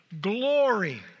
glory